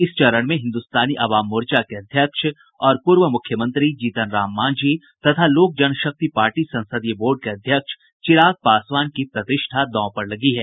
इस चरण में हिन्दुस्तानी अवाम मोर्चा के अध्यक्ष और पूर्व मुख्यमंत्री जीतनराम मांझी तथा लोक जनशक्ति पार्टी संसदीय बोर्ड के अध्यक्ष चिराग पासवान की प्रतिष्ठा दांव पर लगी है